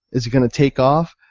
is it going to take off?